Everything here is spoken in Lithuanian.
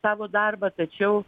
savo darbą tačiau